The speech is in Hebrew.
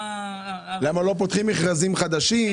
למה לא פותחים מכרזים חדשים?